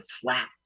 flat